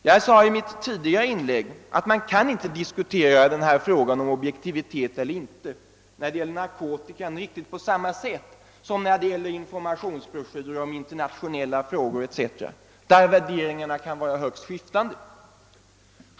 Jag sade i mitt tidigare inlägg att när det gäller narkotika kan frågan om objektivitet inte diskuleras riktigt på samma sätt som i fråga om informationsbroschyrer om internationella frågor etc., där värderingarna kan vara högst skiftande.